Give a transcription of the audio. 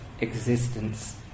existence